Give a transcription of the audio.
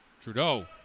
Trudeau